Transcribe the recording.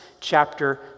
chapter